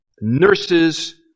nurses